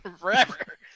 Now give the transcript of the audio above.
forever